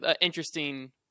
interesting